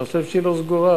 אבל אני חושב שהיא לא סגורה,